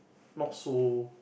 not so